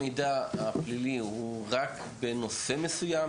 קבלת המידע הפלילי היא רק בנושא מסוים?